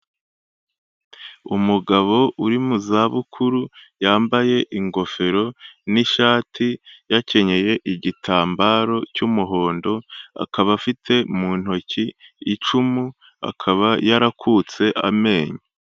Umugabo uri mu zabukuru, yambaye ingofero n'ishati, yakenyeye igitambaro cy'umuhondo, akaba afite mu ntoki icumu, akaba yarakutse amenyo.